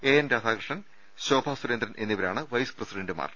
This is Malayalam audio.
എ എൻ രാധാകൃഷ്ണൻ ശോഭാ സുരേന്ദ്രൻ എന്നിവരാണ് വൈസ് പ്രസിഡന്റുമാർ